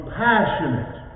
passionate